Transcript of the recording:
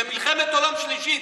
זו מלחמת עולם שלישית.